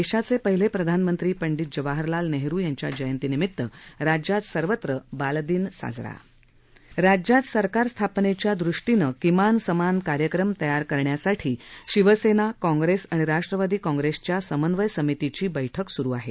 देशाचे पहिले प्रधनमंत्री पंडित जवाहरलाल नेहरु यांच्या जयंतीनिमित राज्यात सर्वत्र बालदिन साजरा राज्यात सरकार स्थापनेच्या दृष्टीनं किमान समान कार्यक्रम तयार करण्यासाठी शिवसेना काँग्रेस आणि राष्ट्रवादी काँग्रेसच्या समन्वय समितीची बैठक स्रु आहे